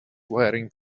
wearing